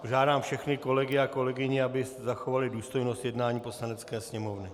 Žádám všechny kolegy a kolegyně, aby zachovali důstojnost jednání Poslanecké sněmovny.